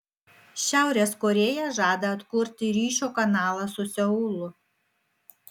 šiaurės korėja žada atkurti ryšio kanalą su seulu